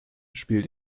spielt